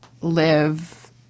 live